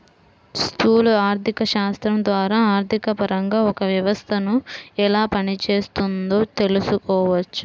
స్థూల ఆర్థికశాస్త్రం ద్వారా ఆర్థికపరంగా ఒక వ్యవస్థను ఎలా పనిచేస్తోందో తెలుసుకోవచ్చు